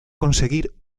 conseguir